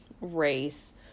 race